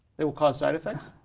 it will cause side-effects?